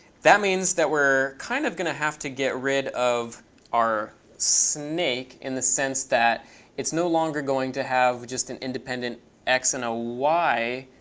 that means that we're kind of going to have to get rid of our snake in the sense that it's no longer going to have just an independent x and a y.